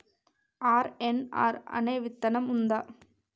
RNR అనే విత్తనం ఉందా?